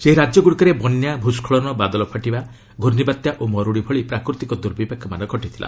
ସେହି ରାଜ୍ୟଗୁଡ଼ିକରେ ବନ୍ୟା ଭୂସ୍କଳନ ବାଦଲ ଫାଟିବା ଘୂର୍ଣ୍ଣିବାତ୍ୟା ଓ ମରୁଡ଼ି ଭଳି ପ୍ରାକୃତିକ ଦୁର୍ବିପାକମାନ ଘଟିଥିଲା